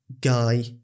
guy